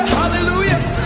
hallelujah